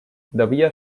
devia